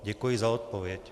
Děkuji za odpověď.